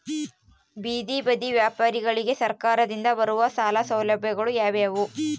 ಬೇದಿ ಬದಿ ವ್ಯಾಪಾರಗಳಿಗೆ ಸರಕಾರದಿಂದ ಬರುವ ಸಾಲ ಸೌಲಭ್ಯಗಳು ಯಾವುವು?